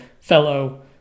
fellow